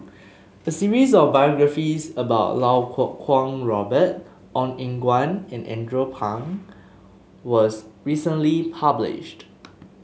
a series of biographies about Lau Kuo Kwong Robert Ong Eng Guan and Andrew Phang was recently published